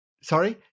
Sorry